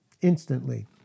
Instantly